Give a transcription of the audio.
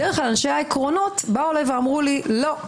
בדרך כלל אנשי העקרונות אמרו לי: לא.